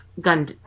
gun